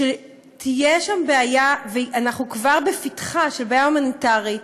תהיה שם בעיה, אנחנו כבר בפתחה של בעיה הומניטרית,